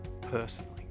personally